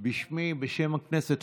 בשמי ובשם הכנסת,